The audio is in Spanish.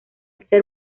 ser